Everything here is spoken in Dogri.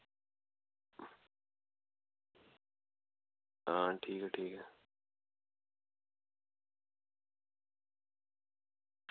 आं ठीक ऐ ठीक ऐ